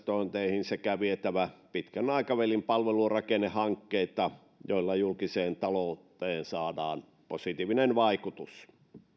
elvyttäviin tulevaisuusinvestointeihin sekä vietävä pitkän aikavälin palvelurakennehankkeita joilla julkiseen talouteen saadaan positiivinen vaikutus